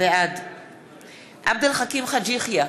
בעד עבד אל חכים חאג' יחיא,